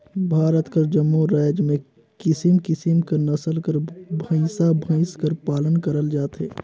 भारत कर जम्मो राएज में किसिम किसिम कर नसल कर भंइसा भंइस कर पालन करल जाथे